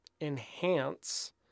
enhance